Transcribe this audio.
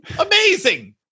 Amazing